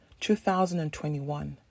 2021